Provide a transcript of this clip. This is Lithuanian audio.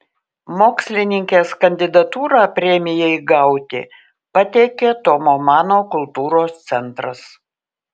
mokslininkės kandidatūrą premijai gauti pateikė tomo mano kultūros centras